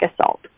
assault